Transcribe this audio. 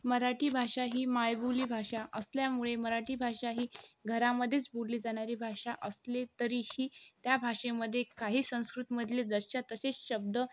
मराठी भाषा ही मायबोली भाषा असल्यामुळे मराठी भाषा ही घरामध्येच बोलली जाणारी भाषा असली तरीही त्या भाषेमधे काही संस्कृतमधले जसेच्या तसे शब्द